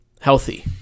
healthy